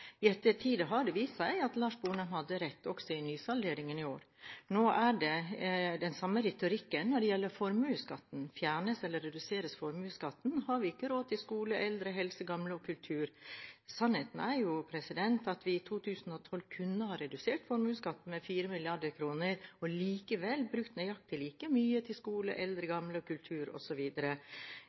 har det vist seg at Lars Sponheim hadde rett – også i nysalderingen i år. Nå er det den samme retorikken når det gjelder formuesskatten. Fjernes eller reduseres formuesskatten, har vi ikke råd til skole, helse, gamle og kultur. Sannheten er jo at vi i 2012 kunne ha redusert formuesskatten med 4 mrd. kr og likevel brukt nøyaktig like mye til skole, helse, gamle, kultur